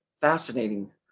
fascinating